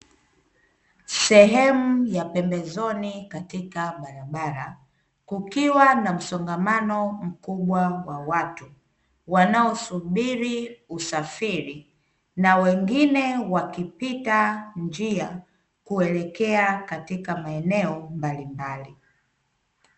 Sehemu ya pembezoni katika barabara, kukiwa na msongamano mkubwa wa watu, wanaosubiri usafiri na wengine wakipita njia, kuelekea katika maeneo mbalimbali.